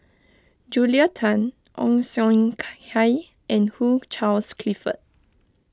Julia Tan Ong Siong Kai and Hugh Charles Clifford